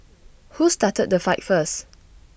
who started the fight first